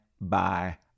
bye